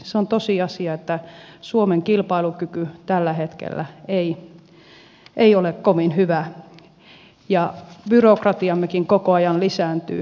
se on tosiasia että suomen kilpailukyky tällä hetkellä ei ole kovin hyvä ja byrokratiammekin koko ajan lisääntyy